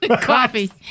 Coffee